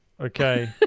okay